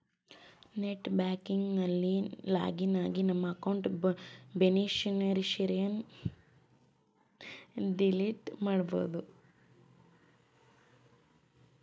net banking ನಲ್ಲಿ login ಆಗಿ ನಮ್ಮ ಅಕೌಂಟ್ ಬೇನಿಫಿಷರಿಯನ್ನು ಡಿಲೀಟ್ ಮಾಡಬೋದು